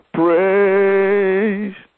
praise